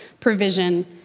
provision